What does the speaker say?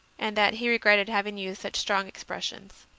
and that he regretted having used such strong expressions.